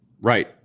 Right